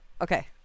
Okay